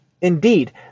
Indeed